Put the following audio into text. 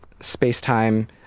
space-time